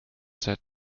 set